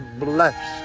bless